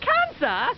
Cancer